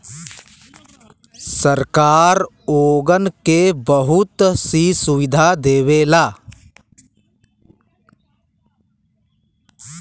सरकार ओगन के बहुत सी सुविधा देवला